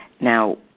Now